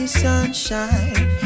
sunshine